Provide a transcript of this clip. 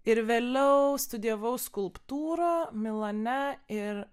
ir vėliau studijavau skulptūrą milane ir